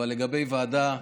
אבל לגבי ועדה,